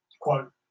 quote